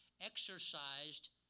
exercised